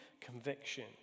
conviction